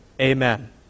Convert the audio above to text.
Amen